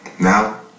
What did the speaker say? Now